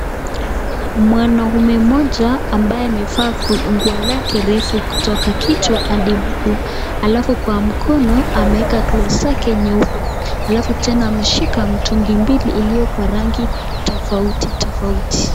Mwanaume mmoja ambaye amevaa nguo lake refu kutoka kichwa hadi mguu alafu kwa mkono ameweka glovu zake nyeupe alafu tena ameshika mtungi mbili iliyo kwa rangi tofauti tofauti.